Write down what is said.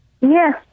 Yes